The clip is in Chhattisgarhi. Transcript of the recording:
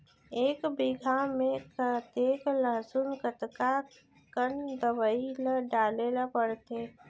एक बीघा में कतेक लहसुन कतका कन दवई ल डाले ल पड़थे?